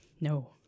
no